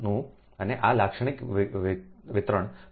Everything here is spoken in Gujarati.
અને આલાક્ષણિક વિતરણ પ્રણાલીનોયોજનાકીય આકૃતિછે